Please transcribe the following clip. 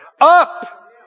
up